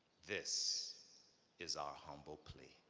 this is our humble plea.